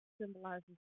symbolizes